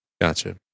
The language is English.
Gotcha